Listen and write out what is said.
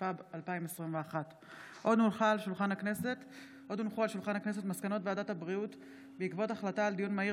התשפ"ב 2021. מסקנות ועדת הבריאות בעקבות דיון מהיר